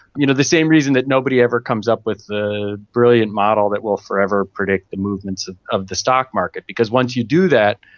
you know, the same reason that nobody ever comes up with the brilliant model that will forever predict the movements of the stock market because once you do that,